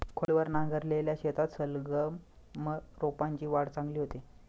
खोलवर नांगरलेल्या शेतात सलगम रोपांची वाढ चांगली होते